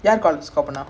menu